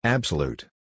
Absolute